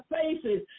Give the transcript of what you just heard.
faces